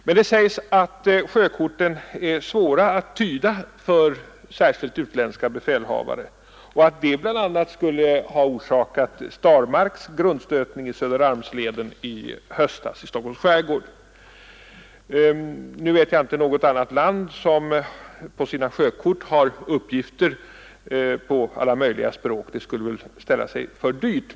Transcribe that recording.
Men det sägs att sjökorten är svåra att tyda, särskilt för utländska befälhavare, och att detta bl.a. skulle ha orsakat Starmarks grundstötning i höstas i Söderarmsleden i Stockholms skärgård. Nu vet jag inte något annat land som på sina sjökort har uppgifter på alla möjliga språk; det skulle ställa sig för dyrt.